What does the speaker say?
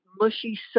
mushy